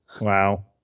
Wow